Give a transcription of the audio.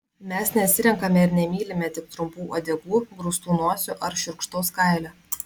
mes nesirenkame ir nemylime tik trumpų uodegų grūstų nosių ar šiurkštaus kailio